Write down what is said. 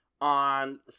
on